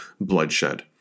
bloodshed